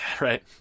Right